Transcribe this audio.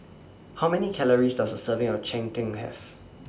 How Many Calories Does A Serving of Cheng Tng Have